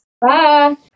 Bye